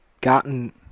gotten